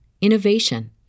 innovation